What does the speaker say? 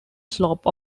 slope